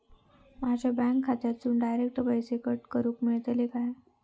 माझ्या बँक खात्यासून डायरेक्ट पैसे कट करूक मेलतले काय?